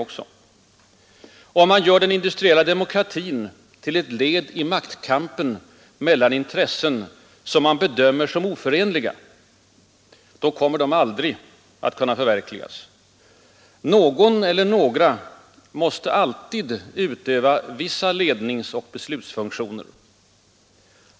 Om man gör den industriella demokratin till ett led i maktkampen mellan intressen som man bedömer som oförenliga, så kommer den aldrig att kunna förverkligas. Någon eller några måste alltid utöva vissa ledningsoch beslutsfunktioner.